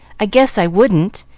i guess i wouldn't.